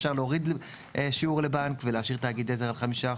אפשר להוריד את השיעור לבנק ולהשאיר תאגיד עזר עד 5%,